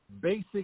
basic